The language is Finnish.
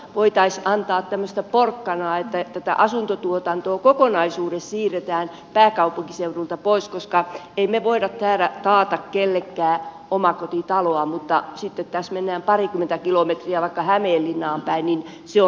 voitaisiin antaa tämmöistä porkkanaa että tätä asuntotuotantoa kokonaisuudessaan siirretään pääkaupunkiseudulta pois koska emme me voi taata kenellekään omakotitaloa mutta kun sitten taas mennään parikymmentä kilometriä vaikka hämeenlinnaan päin niin se on mahdollista